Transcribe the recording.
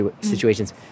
situations